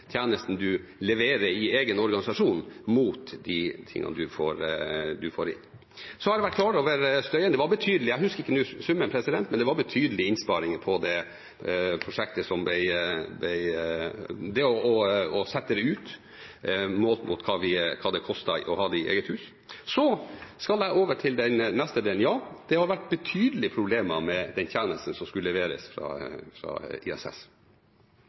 har vært klar over støyen. Det var betydelige innsparinger på det prosjektet – jeg husker ikke summen nå – på det å sette det ut, målt mot hva det kostet å ha det i eget hus. Så skal jeg over til den neste delen. Ja, det har vært betydelige problemer med den tjenesten som skulle leveres fra